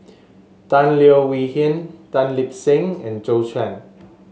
Tan Leo Wee Hin Tan Lip Seng and Zhou Can